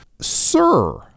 Sir